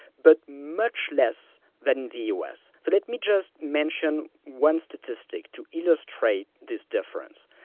but much less than the u. s. so, let me just mention one statistic, to illustrate this difference.